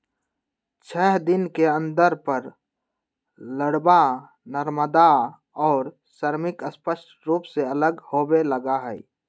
छः दिन के अंतर पर लारवा, नरमादा और श्रमिक स्पष्ट रूप से अलग होवे लगा हई